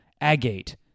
agate